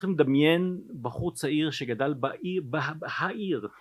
אתה מדמיין בחור צעיר שגדל בעיר - העיר